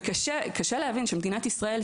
וקשה להבין שבמדינת ישראל,